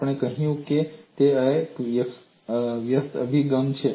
આપણે કહ્યું કે તે એક વ્યસ્ત અભિગમ છે